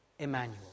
Emmanuel